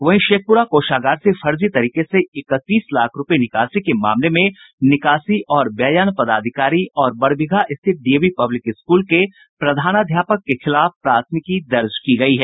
वहीं शेखपुरा कोषागार से फर्जी तरीके से इकतीस लाख रूपये निकासी के मामले में निकासी और व्ययन पदाधिकारी और बरबीघा स्थित डीएवी पब्लिक स्कूल के प्रधानाध्यापक के खिलाफ प्राथमिकी दर्ज की गयी है